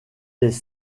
des